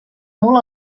molt